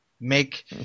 make